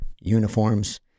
uniforms